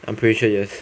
I'm pretty sure yes